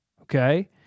okay